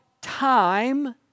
time